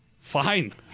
Fine